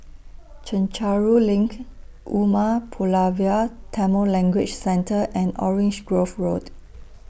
Chencharu LINK Umar Pulavar Tamil Language Centre and Orange Grove Road